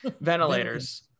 ventilators